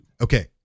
Okay